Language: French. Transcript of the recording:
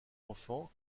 enfants